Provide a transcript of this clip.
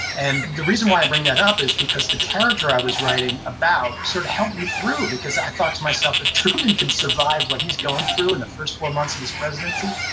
and the reason why i'm bringing that up is because the character i was writing about sort of helped me through because i thought to myself, if truman can survive what he's going through in the first four months of his presidency,